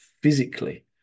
physically